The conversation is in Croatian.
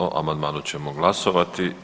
O amandmanu ćemo glasovati.